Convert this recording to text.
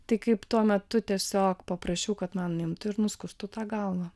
tai kaip tuo metu tiesiog paprašiau kad man imtų ir nuskustų tą galvą